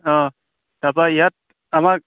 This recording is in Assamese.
অঁ তাৰপৰা ইয়াত আমাক